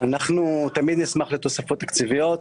אנחנו תמיד נשמח לתוספות תקציביות.